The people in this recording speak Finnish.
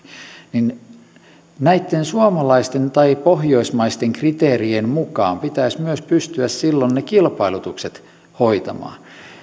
niin näitten suomalaisten tai pohjoismaisten kriteerien mukaan pitäisi myös pystyä silloin ne kilpailutukset hoitamaan